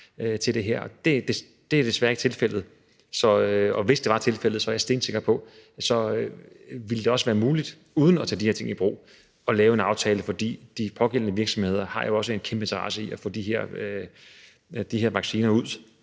Det er desværre ikke tilfældet, og hvis det var tilfældet, er jeg stensikker på, at det også ville være muligt uden at tage de her ting i brug at lave en aftale, fordi de pågældende virksomheder jo også har en kæmpe interesse i at få de her vacciner ud